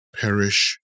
perish